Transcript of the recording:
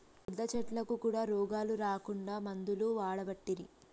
పెద్ద చెట్లకు కూడా రోగాలు రాకుండా మందులు వాడబట్టిరి